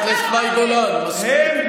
תן לי להמשיך, הם לא מעניינים אותי.